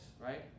Right